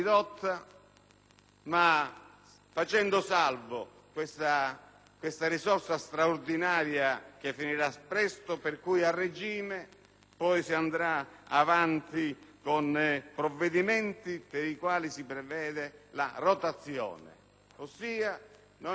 facendo salva questa risorsa straordinaria che finirà presto e, pertanto, a regime si andrà avanti con provvedimenti per i quali si prevede la rotazione; in sostanza,